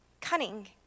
cunning